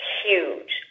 huge